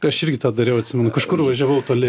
aš irgi tą dariau atsimenu kažkur važiavau toli